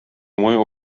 mõju